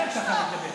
לא אשתוק.